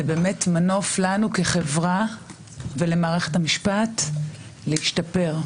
זה באמת מנוף לנו כחברה ולמערכת המשפט להשתפר.